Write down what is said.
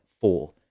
four